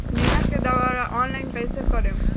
बीमा के दावा ऑनलाइन कैसे करेम?